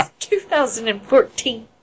2014